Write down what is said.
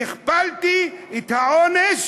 והכפלתי את העונש